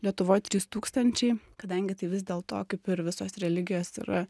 lietuvoj trys tūkstančiai kadangi tai vis dėlto kaip ir visos religijos yra